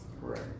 Right